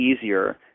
easier